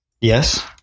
Yes